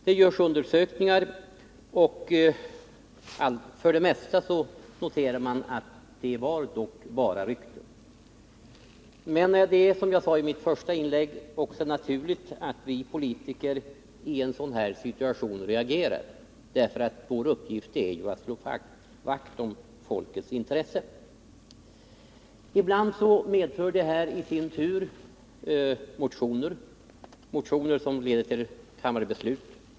Det görs undersökningar, men för det mesta noterar man att det bara handlar om rykten. Som jag sade i mitt första inlägg är det emellertid naturligt att vi politiker reagerar inför sådana här situationer — vår uppgift är ju att slå vakt om folkets intressen. Ibland tar sig detta uttryck i motioner, som leder till beslut här i kammaren.